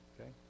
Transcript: okay